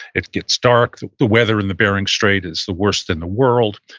it gets dark. the the weather in the bering strait is the worst in the world.